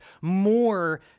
more